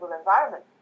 environment